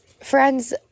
friends